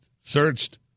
searched